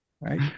right